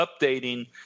updating